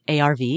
ARV